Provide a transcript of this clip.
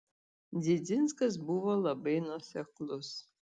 didzinskas buvo labai nuoseklus